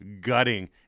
gutting